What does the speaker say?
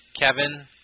Kevin